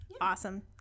awesome